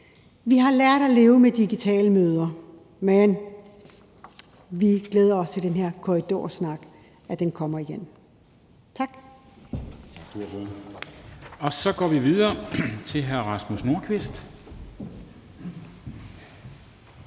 Vi har lært at leve med digitale møder, men vi glæder os til, at den her korridorsnak kommer igen. Tak.